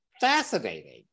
fascinating